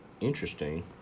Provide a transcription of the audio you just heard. interesting